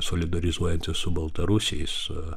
solidarizuojantis su baltarusiais